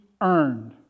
earned